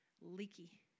leaky